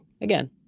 Again